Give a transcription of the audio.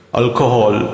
alcohol